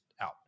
out